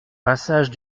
passage